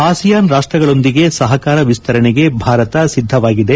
ASEAN ರಾಷ್ಟಗಳೊಂದಿಗೆ ಸಹಕಾರ ವಿಸ್ತರಣೆಗೆ ಭಾರತ ಸಿದ್ದವಾಗಿದೆ